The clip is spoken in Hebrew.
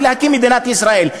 ולהקים מדינת ישראל.